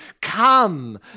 come